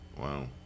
wow